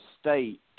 state